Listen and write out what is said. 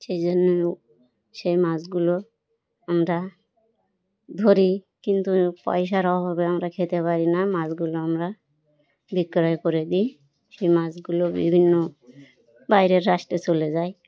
সেই জন্যে সেই মাছগুলো আমরা ধরি কিন্তু পয়সার অভাবে আমরা খেতে পারি না মাছগুলো আমরা বিক্রয় করে দিই সেই মাছগুলো বিভিন্ন বাইরের রাস্তে চলে যাই